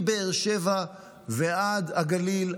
מבאר שבע ועד הגליל,